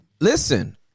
Listen